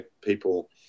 people